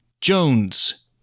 Jones